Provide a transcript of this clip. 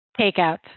takeout